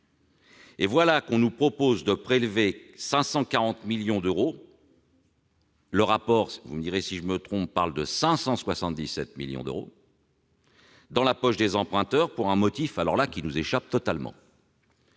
Or voilà que l'on nous propose de prélever 540 millions d'euros- le rapport, vous me direz si je me trompe, parle de 577 millions d'euros -dans la poche des emprunteurs pour un motif qui nous échappe totalement.